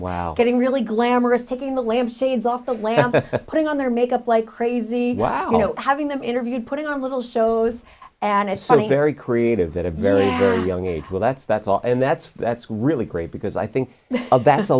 while getting really glamorous taking the lamp shades off the lamp putting on their makeup like crazy well you know having them interviewed putting on little shows and it's funny very creative that a very very young age well that's that's all and that's that's really great because i think